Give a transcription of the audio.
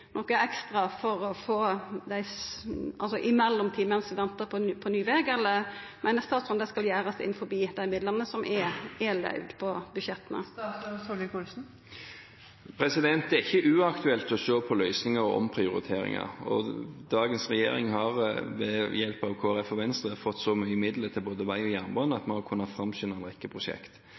ekstra i mellomtida, mens vi ventar på ny veg, eller meiner statsråden at det skal gjerast innanfor dei midlane som er løyvde i budsjetta? Det er ikke uaktuelt å se på løsninger og omprioriteringer, og dagens regjering har ved hjelp av Kristelig Folkeparti og Venstre fått så mye midler til både vei og jernbane at vi har kunnet framskynde en rekke